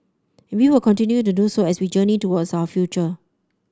and we will continue to do so as we journey towards our future